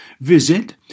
Visit